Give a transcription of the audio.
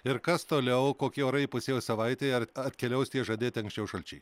ir kas toliau kokie orai įpusėjus savaitei ar atkeliaus tie žadėti anksčiau šalčiai